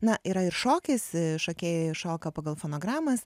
na yra ir šokis šokėjai šoka pagal fonogramas